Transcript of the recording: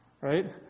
right